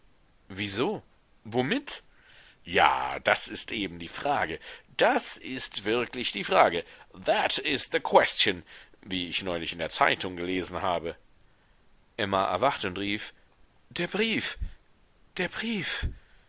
wieso womit ja das ist eben die frage das ist wirklich die frage that is the question wie ich neulich in der zeitung gelesen habe emma erwachte und rief der brief der brief